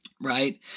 right